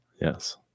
Yes